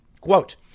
Quote